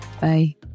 Bye